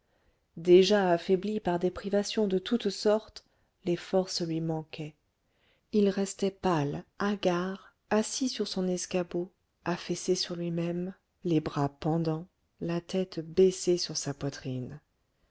déjà affaibli par des privations de toutes sortes les forces lui manquaient il restait pâle hagard assis sur son escabeau affaissé sur lui-même les bras pendants la tête baissée sur sa poitrine